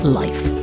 life